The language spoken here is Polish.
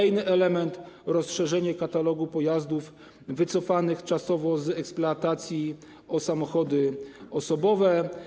Następny element: rozszerzenie katalogu pojazdów wycofanych czasowo z eksploatacji o samochody osobowe.